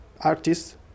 artists